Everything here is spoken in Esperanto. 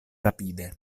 rapide